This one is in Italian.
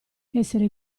essere